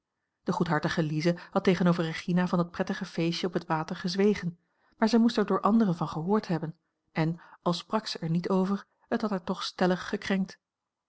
de goedhartige lize had tegenover regina van dat prettige feestje op het water gezwegen maar zij moest er door anderen van gehoord hebben en al sprak zij er niet over het had haar toch stellig gekrenkt